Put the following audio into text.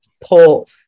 pull